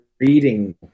reading